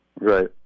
Right